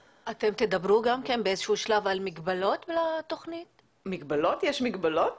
אתם תדברו גם על מגבלות התכנית יש מגבלות?